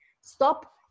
Stop